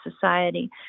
society